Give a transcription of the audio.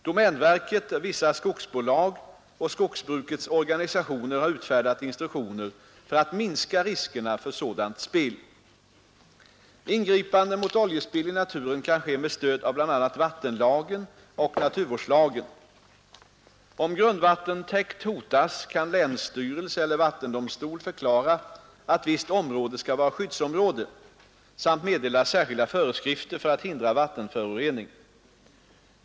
Domänverket, vissa skogsbolag och skogsbrukets organisationer har utfärdat instruktioner för att minska riskerna för sådant spill. Ingripande mot oljespill i naturen kan ske med stöd av bla. vattenlagen och naturvårdslagen. Om grundvattentäkt hotas kan länsstyrelse eller vattendomstol förklara att visst område skall vara skyddsområde samt meddela särskilda föreskrifter för att hindra vattenförorening.